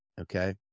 Okay